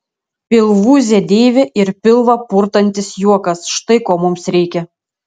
pilvūzė deivė ir pilvą purtantis juokas štai ko mums reikia